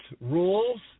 rules